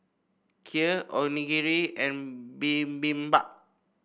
Kheer Onigiri and Bibimbap